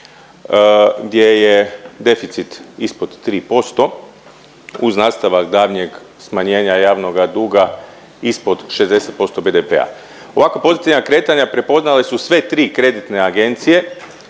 gdje je deficit ispod 3% uz nastavak daljnjeg smanjenja javnoga duga ispod 60% BDP-a. Ovako pozitivna kretanja prepoznale su sve tri kreditne agencije